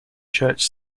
church